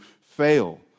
fail